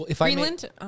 Greenland